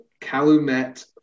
Calumet